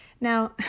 Now